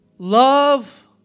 Love